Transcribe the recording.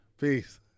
Peace